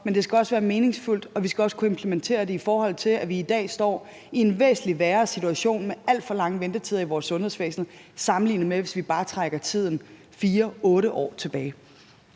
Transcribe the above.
men det skal også være meningsfyldt, og vi skal også kunne implementere det, i forhold til at vi i dag står i en væsentlig værre situation med alt for lange ventetider i vores sundhedsvæsen sammenlignet med for bare 4 eller 8 år siden.